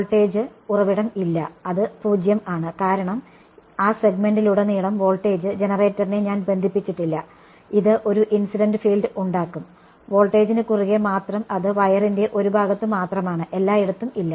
voltage ഉറവിടം ഇല്ല അത് 0 ആണ് കാരണം ആ സെഗ്മെന്റിലുടനീളം വോൾട്ടേജ് ജനറേറ്ററിനെ ഞാൻ ബന്ധിപ്പിച്ചിട്ടില്ല ഇത് ഒരു ഇൻസിഡന്റ് ഫീൽഡ് ഉണ്ടാക്കും വോൾറ്റേജിന് കുറുകെ മാത്രം അത് വയറിന്റെ ഒരു ഭാഗത്ത് മാത്രമാണ് എല്ലായിടത്തും ഇല്ല